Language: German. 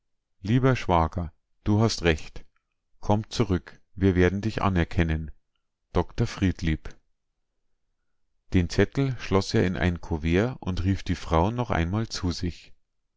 lieber schwager du hast recht komm zurück wir werden dich anerkennen dr friedlieb den zettel schloß er in ein kuvert und rief die frau noch einmal zu sich